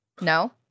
No